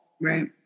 right